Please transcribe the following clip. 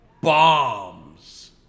bombs